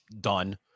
done